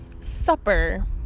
supper